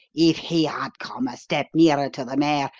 if he had come a step nearer to the mare,